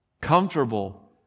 Comfortable